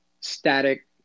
static